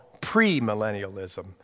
pre-millennialism